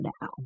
now